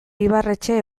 ibarretxe